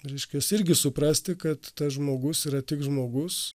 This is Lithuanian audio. reiškias irgi suprasti kad tas žmogus yra tik žmogus